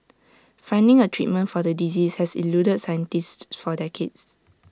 finding A treatment for the disease has eluded scientists for decades